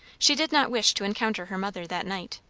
she did not wish to encounter her mother that night.